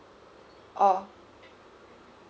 oh